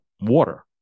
water